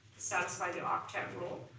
satisfy the octet rule,